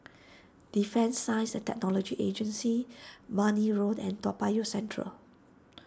Defence Science and Technology Agency Marne Road and Toa Payoh Central